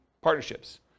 partnerships